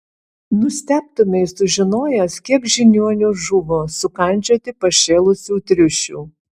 nustebtumei sužinojęs kiek žiniuonių žuvo sukandžioti pašėlusių triušių